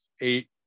eight